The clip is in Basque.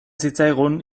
zitzaigun